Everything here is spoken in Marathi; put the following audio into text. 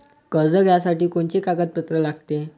कर्ज घ्यासाठी कोनचे कागदपत्र लागते?